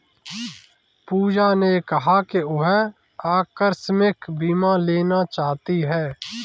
पूजा ने कहा कि वह आकस्मिक बीमा लेना चाहती है